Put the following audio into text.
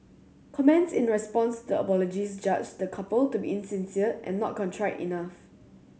comments in response to apologies judged the couple to be insincere and not contrite enough